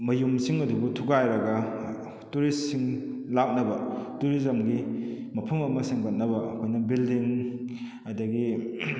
ꯃꯌꯨꯝꯁꯤꯡ ꯑꯗꯨꯕꯨ ꯊꯨꯒꯥꯏꯔꯒ ꯇꯨꯔꯤꯁ ꯁꯤꯡ ꯂꯥꯛꯅꯕ ꯇꯨꯔꯤꯖꯝꯒꯤ ꯃꯐꯝ ꯑꯃ ꯁꯦꯝꯒꯠꯅꯕ ꯑꯩꯈꯣꯏꯅ ꯕꯤꯜꯗꯤꯡ ꯑꯗꯒꯤ